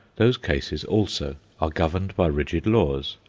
those cases also are governed by rigid laws,